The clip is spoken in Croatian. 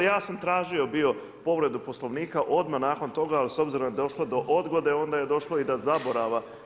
Ja sam tražio bio povredu Poslovnika odmah nakon toga, ali s obzirom da je došlo do odgode, onda je došlo i do zaborava.